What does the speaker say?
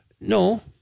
no